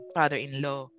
father-in-law